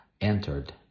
entered